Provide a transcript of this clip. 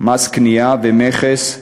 מס קנייה ומכס,